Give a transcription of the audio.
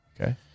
Okay